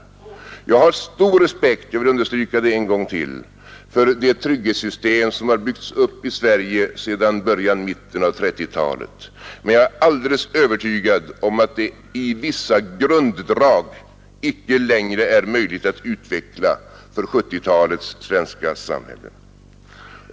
Jag har stor respekt — jag vill understryka det en gång till — för det trygghetssystem som har byggts upp i Sverige sedan början och mitten av 1930-talet, men jag är alldeles övertygad om att det i vissa grunddrag inte längre är möjligt att utveckla detta för 1970-talets svenska samhälle.